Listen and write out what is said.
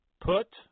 Put